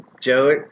Joey